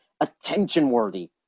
attention-worthy